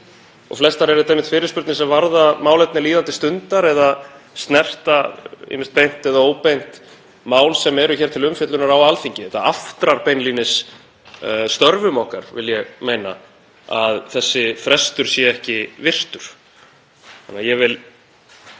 og flestar eru einmitt fyrirspurnir sem varða málefni líðandi stundar eða snerta ýmist beint eða óbeint mál sem eru til umfjöllunar hér á Alþingi. Það aftrar beinlínis störfum okkar, vil ég meina, að þessi frestur sé ekki virtur. Ég vil